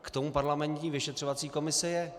K tomu parlamentní vyšetřovací komise je.